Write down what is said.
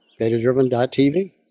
datadriven.tv